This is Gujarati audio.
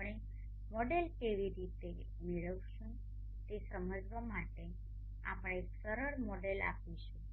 આપણે મોડેલ કેવી રીતે મેળવીશું તે સમજવા માટે આપણે એક સરળ મોડેલ આપીશું